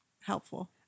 helpful